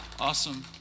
Awesome